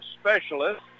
specialist